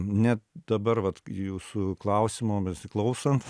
net dabar vat jūsų klausimo besiklausant